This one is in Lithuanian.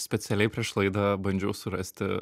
specialiai prieš laidą bandžiau surasti